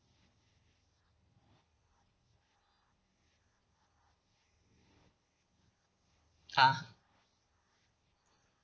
ah